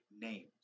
names